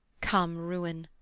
come ruin,